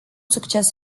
succes